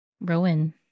Rowan